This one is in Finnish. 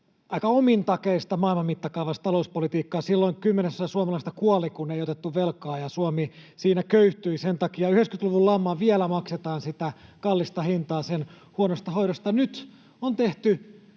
maailman mittakaavassa aika omintakeista talouspolitiikkaa. Silloin kymmenesosa suomalaisista kuoli, kun ei otettu velkaa, ja Suomi siinä köyhtyi sen takia. 90‑luvun laman osalta vielä maksetaan sitä kallista hintaa sen huonosta hoidosta. Nyt on tehty